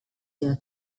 their